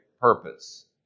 purpose